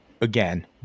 again